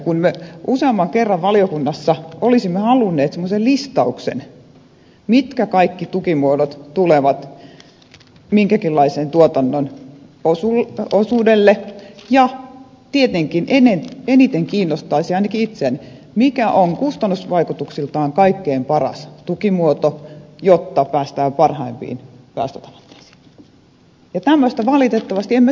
kun me valiokunnassa useamman kerran olisimme halunneet sellaisen listauksen mitkä kaikki tukimuodot tulevat minkäkinlaisen tuotannon osuudelle ja tietenkin eniten ainakin itseäni olisi kiinnostanut mikä on kustannusvaikutuksiltaan kaikkein paras tukimuoto jotta päästään parhaimpiin päästötavoitteisiin niin tämmöistä listausta emme valitettavasti saaneet